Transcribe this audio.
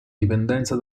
dipendenza